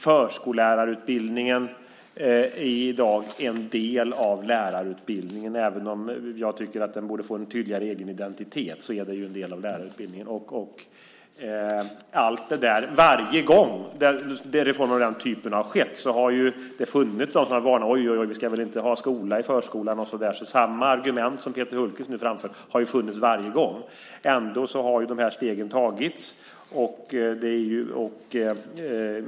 Förskollärarutbildningen är i dag en del av lärarutbildningen. Även om jag tycker att den borde få en tydligare egen identitet är den ju en del av lärarutbildningen. Varje gång den typen av reformer har skett har det funnits de som har varnat: Vi ska väl inte ha skola i förskolan. Samma argument som det som Peter Hultqvist nu framför har funnits varje gång. Ändå har de här stegen tagits.